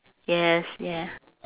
yes yeah